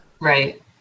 Right